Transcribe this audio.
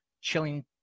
Chilling